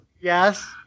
Yes